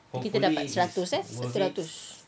kita dapat seratus eh seratus